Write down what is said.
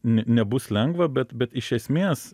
n nebus lengva bet bet iš esmės